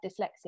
dyslexia